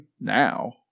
now